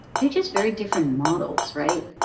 they're just very different models, right?